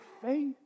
faith